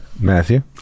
Matthew